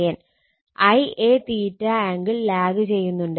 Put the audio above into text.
Ia angle lag ചെയ്യുന്നുണ്ട്